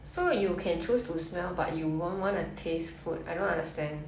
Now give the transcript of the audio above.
so you can choose to smell but you won't wanna taste food I don't understand